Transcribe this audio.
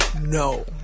No